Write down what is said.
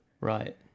Right